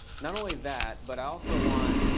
not only that, but i also want